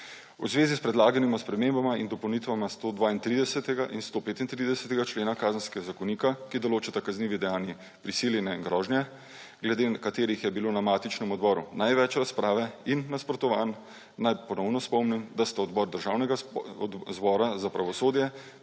V zvezi s predlaganima spremembama in dopolnitvama 132. in 135. člena Kazenskega zakonika, ki določata kaznivi dejanji prisiljenja in grožnje, glede katerih je bilo na matičnem odboru največ razprave in nasprotovanj, naj ponovno spomnim, da sta Odbor Državnega zbora za pravosodje